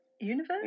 Universe